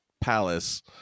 palace